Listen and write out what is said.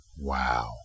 Wow